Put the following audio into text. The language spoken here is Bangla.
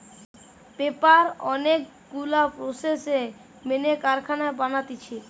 পেপার অনেক গুলা প্রসেস মেনে কারখানায় বানাতিছে